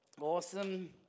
Awesome